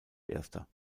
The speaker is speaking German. erster